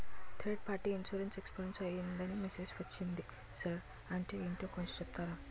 Third party insurance expire అయ్యిందని message ఒచ్చింది sir అంటే ఏంటో కొంచె చెప్తారా?